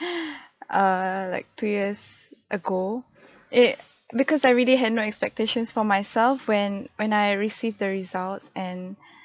uh like two years ago it because I really had no expectations for myself when when I received the results and